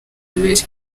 abiri